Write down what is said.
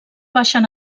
baixen